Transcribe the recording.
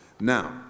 Now